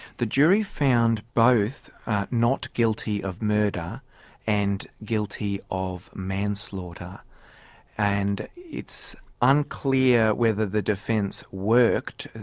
the jury found both not guilty of murder and guilty of manslaughter and it's unclear whether the defence worked.